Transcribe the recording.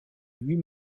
huit